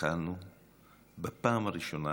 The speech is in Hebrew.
בפעם הראשונה